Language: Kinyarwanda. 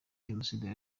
jenoside